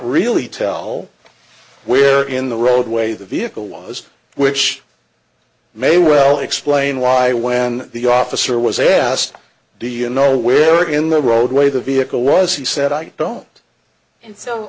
really tell where in the roadway the vehicle was which may well explain why when the officer was asked do you know where in the roadway the vehicle was he said i don't